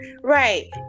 Right